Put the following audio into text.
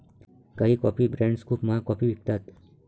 काही coffee brands खूप महाग कॉफी विकतात